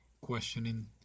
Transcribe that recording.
questioning